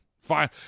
fine